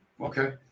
Okay